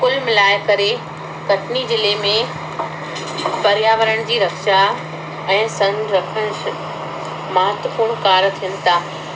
कुलु मिलाए करे कटनी जिले में पर्यावरण जी रक्षा ऐं संरक्षण महत्वपूर्ण कार्य थियनि था